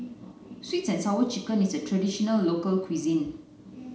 sweet and sour chicken is a traditional local cuisine